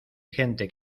gente